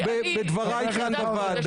בדבריי כאן בוועדה.